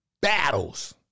Battles